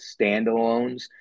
standalones